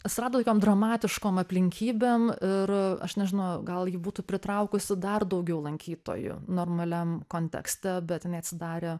atsirado tokiom dramatiškom aplinkybėm ir aš nežinau gal ji būtų pritraukusi dar daugiau lankytojų normaliam kontekste bet jinai atsidarė